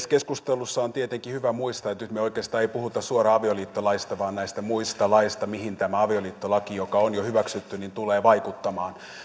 keskustelussa on tietenkin hyvä muistaa että nyt oikeastaan ei puhuta suoraan avioliittolaista vaan näistä muista laeista mihin tämä avioliittolaki joka on jo hyväksytty tulee vaikuttamaan